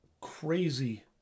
crazy